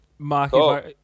Mark